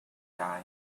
guy